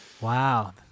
Wow